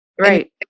Right